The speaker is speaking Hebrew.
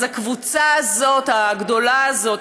אז הקבוצה הזו הגדולה הזאת,